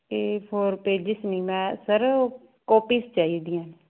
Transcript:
ਏ four pages ਨਹੀਂ ਮੈਂ sir copies ਚਾਹੀਦੀਆਂ